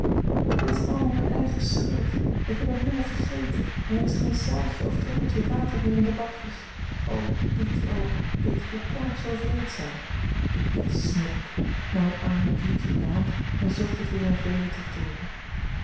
het is allemaal mijn eigen schuld ik heb hem heelemaal vergeten en er is geen zaadje of droppeltje water meer in de bakjes o piet o piet hoe kon ik zoo wreed zijn riep bets snikkend nam het arme diertje in de hand en zocht het weer in t leven terug te roepen